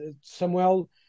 Samuel